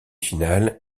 finales